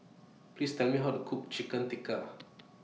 Please Tell Me How to Cook Chicken Tikka